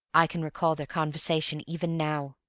i can recall their conversation even now.